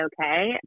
okay